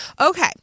Okay